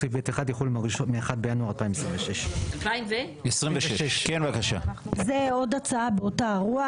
סעיף (ב1) יחולו מ-1 בינואר 2026'. זו עוד הצעה באותה רוח.